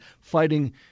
fighting